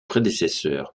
prédécesseur